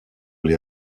les